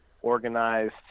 organized